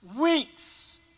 weeks